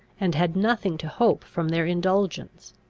and had nothing to hope from their indulgence.